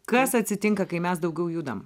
kas atsitinka kai mes daugiau judam